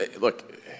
look